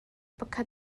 pakhat